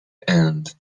end